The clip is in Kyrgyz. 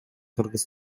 кыргыз